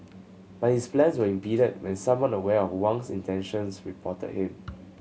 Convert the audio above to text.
but his plans were impeded when someone aware of Wang's intentions reported him